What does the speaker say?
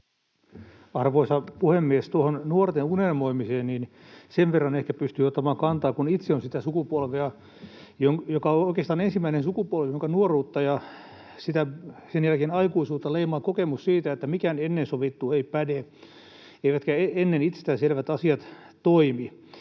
Arvoisa puhemies! Tuohon nuorten unelmoimiseen sen verran ehkä pystyy ottamaan kantaa, kun itse olen sitä sukupolvea, joka on oikeastaan ensimmäinen sukupolvi, jonka nuoruutta ja sen jälkeen aikuisuutta leimaa kokemus siitä, että mikään ennen sovittu ei päde eivätkä ennen itsestäänselvät asiat toimi.